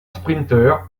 sprinteur